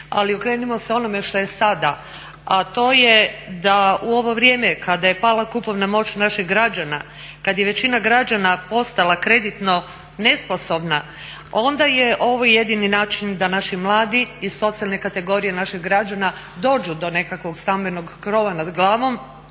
Ali okrenimo se onome što je sada, a to je da u ovo vrijeme kada je pala kupovna moć naših građana, kad je većina građana postala kreditno nesposobna, onda je ovo jedini način da naši mladi i socijalne kategorije naših građana dođu do nekakvog stambenog krova nad glavom,